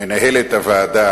למנהלת הוועדה